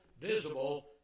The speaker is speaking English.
visible